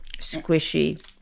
squishy